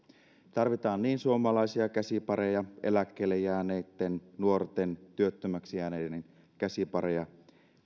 tarvitaan niin suomalaisia käsipareja eläkkeelle jääneitten nuorten työttömäksi jääneiden käsipareja